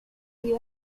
you